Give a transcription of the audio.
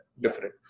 different